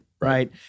Right